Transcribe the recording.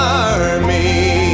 army